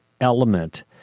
element